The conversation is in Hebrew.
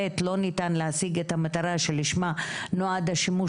(ב)לא ניתן להשיג את המטרה שלשמה נועד השימוש